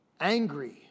angry